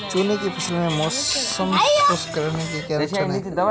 चने की फसल में मौसम शुष्क रहने से क्या नुकसान है?